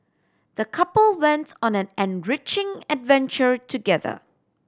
the couple went on an enriching adventure together